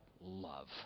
love